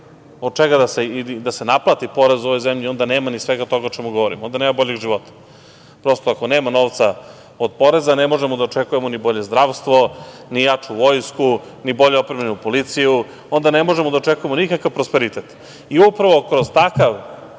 od čega da se naplati porez u ovoj zemlji, onda nema ni svega toga o čemu govorim, onda nema ni boljeg života. Prosto, ako nema novca od poreza ne možemo da očekujemo ni bolje zdravstvo, ni jaču vojsku, ni bolje opremljenu policiju, onda ne možemo da očekujemo nikakav prosperitet. Upravo kroz takav